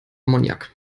ammoniak